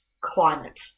climate